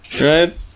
Right